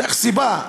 צריך סיבה.